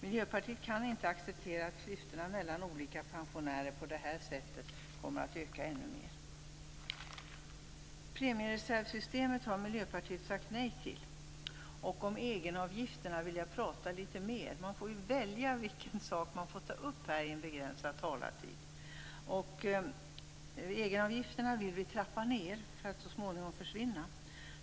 Miljöpartiet kan inte acceptera att klyftorna mellan olika pensionärer på detta sätt kommer att öka ännu mer. Premiereservsystemet har Miljöpartiet sagt nej till. Om egenavgifterna vill jag prata litet mer. Man får välja vad man vill ta upp när talartiden är begränsad. Vi vill att egenavgifterna skall trappas ned och så småningom försvinna.